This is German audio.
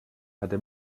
hatte